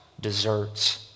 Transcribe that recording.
deserts